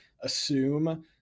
assume